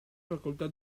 facoltà